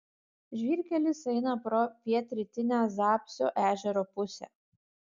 žvyrkelis eina pro pietrytinę zapsio ežero pusę